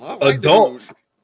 Adults